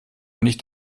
nicht